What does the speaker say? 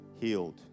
healed